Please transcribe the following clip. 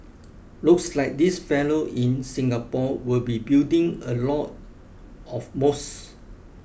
looks like this fellow in Singapore will be building a lot of mosques